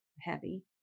heavy